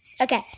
Okay